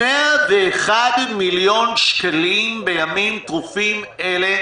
101 מיליון שקלים בימים טרופים אלה,